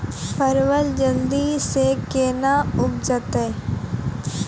परवल जल्दी से के ना उपजाते?